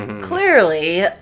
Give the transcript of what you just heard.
Clearly